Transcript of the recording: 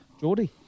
Geordie